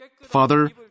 Father